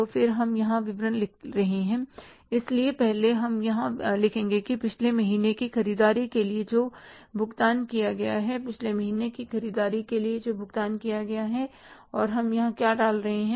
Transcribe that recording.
तो फिर हम यहाँ पर विवरण लिख रहे हैं इसलिए पहले हम यहाँ लिखेंगे कि पिछले महीने की ख़रीददारी के लिए जो भुगतान किया गया है पिछले महीने की ख़रीददारी के लिए भुगतान किया गया है और हम यहाँ क्या डाल रहे हैं